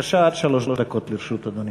בבקשה, עד שלוש דקות לרשות אדוני.